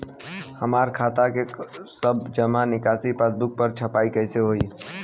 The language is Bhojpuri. हमार खाता के सब जमा निकासी पासबुक पर छपाई कैसे होई?